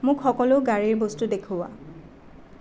মোক সকলো গাড়ীৰ বস্তু দেখুওৱা